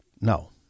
No